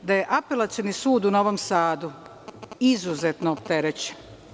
Apelacioni sud u Novom Sadu je izuzetno opterećen.